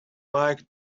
like